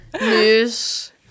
News